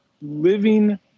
living